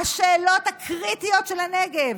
השאלות הקריטיות של הנגב,